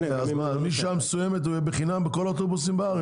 משעה מסוימת הוא יהיה בחינם בכל האוטובוסים בארץ?